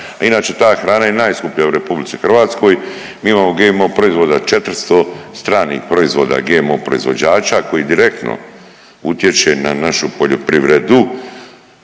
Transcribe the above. inače ta hrana je najskuplja u RH. Mi imamo GMO proizvoda 400 stranih proizvoda GMO proizvođača koji direktno utječe na našu poljoprivredu